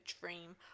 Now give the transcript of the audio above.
dream